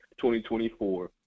2024